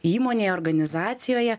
įmonėj organizacijoje